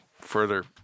further